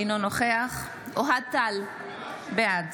אינו נוכח אוהד טל, בעד